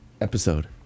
episode